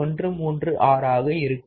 136 ஆக இருக்கும்